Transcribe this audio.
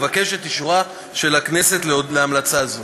אבקש את אישורה של הכנסת להמלצה זו.